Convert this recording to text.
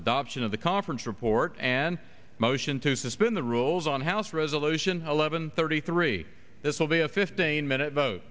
adoption of the conference report and motion to suspend the rules on house resolution eleven thirty three this will be a fifteen minute vote